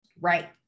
right